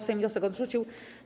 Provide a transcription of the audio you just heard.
Sejm wniosek odrzucił.